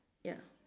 ya